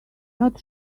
not